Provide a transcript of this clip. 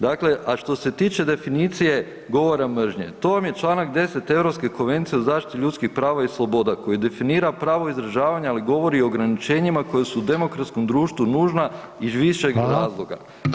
Dakle a što se tiče definicije govora mržnje to vam je članak 10. europske Konvencije o zaštiti ljudskih prava i sloboda, koji definira pravo izražavanja, ali govori o ograničenjima koja su u demokratskom društvu nužna iz višeg razloga.